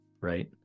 right